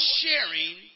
sharing